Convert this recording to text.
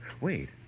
Wait